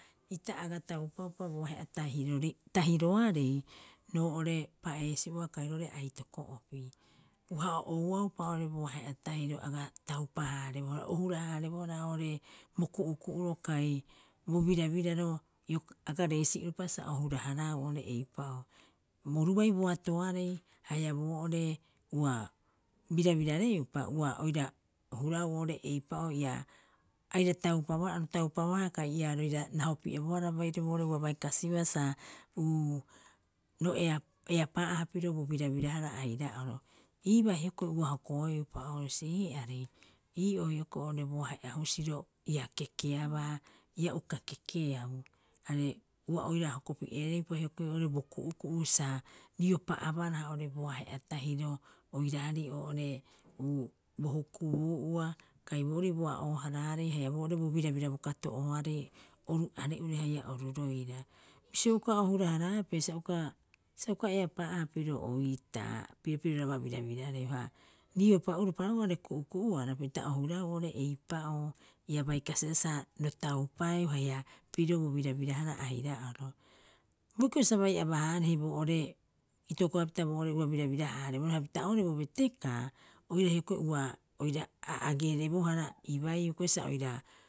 Ita aga taupaupa bo ahe'a tahiroarei roo'ore pa'eesi'ua kai roo'ore aitoko'opi. Uaha o ouaupa oo'ore bo ahe'a tahiro aga taupa- haarebohara o hura- haarebohara oo'ore bo ku'uku'uro kai bo birabiraro iok aga reesi uropa sa o huraharaau oo'ore eipa'oo. Orubai boatoarei haia boo'ore ua birabirareupa ua oira huraau oo'ore eipa'oo ia aira taupabohara aro taupabohara kai ia roira rahopi'ebohara baire boo'ore ua baikasiba sa ro ea- eapaa'aha pirio bo birabirahara aira'oro. Iibaa hioko'i ua hokoeupa oo'ore bisio, ee'ari ii'oo hioko'i oo'ore bo ahe'a husiro ia kekeabaa ia uka kekeau. Are ua oira hokopi'ereupa oo'ore hioko'i oo'ore bo ku'uku'u sa riopa abaraha oo'ore bo ahe'a tahiro oiraarei oo'ore bo hukbuu'ua kai boorii boa ooharaarei haia boo'ore bo birabira bo kato'ooarei oru are'ure haia oru roira. Bisio uka o huraharaapee sa uka- sa uka eapaa'aa pirio oitaa pirio piroraba birabirareu, ha riopa uropa roga'a oo'ore ku'uku'uara pita o huraau oo'ore eipa'oo ia baikasibaa sa ro taupaeu haia pirio bo birabirahara aira'oro. Boikiro sa bai abahaarehe boo'ore itokopapita boo'ore ua birabira- haareboroo hapita oo'ore bo betekaa oira hioko'i ua oira a- agerebohara ibaiu hiok'i sa oira